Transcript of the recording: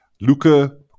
Luca